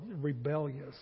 rebellious